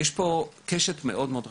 יש פה קשת מאוד מאוד רחבה.